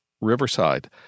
Riverside